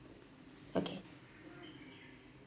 okay